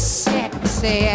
sexy